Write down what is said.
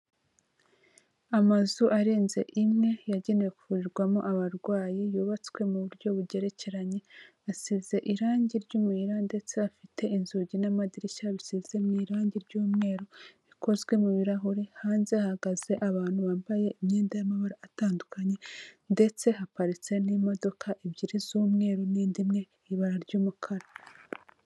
Amazu arenze imwe yagene kuvurwamo abarwayi yubatswe mu buryo bugerekeranye asize irangi ry'umukara ndetse afite inzugi n'amadirishya bisize mu irangi ry'umweru rikozwe mu birahuri, hanze ahagaze abantu bambaye imyenda y'amabara atandukanye ndetse haparitse n'imodoka ebyiri z'umweru n'indi imwe iri mu ibara ry'umukara.